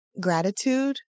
gratitude